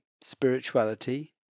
spirituality